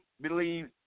believe